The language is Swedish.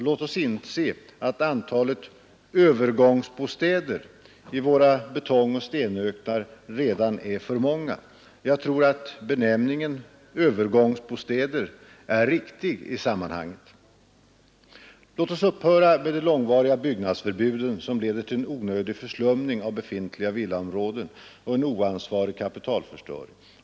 Låt oss inse att antalet ”övergångsbostäder” i våra betongoch stenöknar redan är för många. Jag tror benämningen övergångsbostäder är riktig i sammanhanget. Låt oss upphöra med de långvariga byggnadsförbuden, som leder till en onödig förslumning av befintliga villaområden och en oansvarig kapitalförstöring.